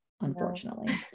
unfortunately